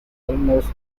almost